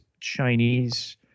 Chinese